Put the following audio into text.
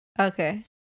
Okay